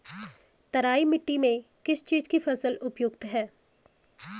तराई मिट्टी में किस चीज़ की फसल उपयुक्त है?